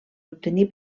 obtenir